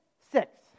six